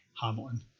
Hamilton